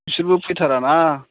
बिसोरबो फैथारा ना